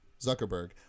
Zuckerberg